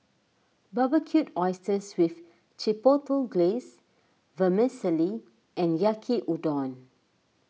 Barbecued Oysters with Chipotle Glaze Vermicelli and Yaki Udon